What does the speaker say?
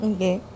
Okay